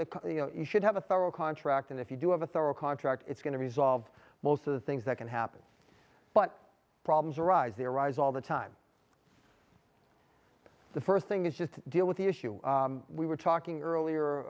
that you should have a federal contract and if you do have a thorough contract it's going to resolve most of the things that can happen but problems arise erodes all the time the first thing is just deal with the issue we were talking earlier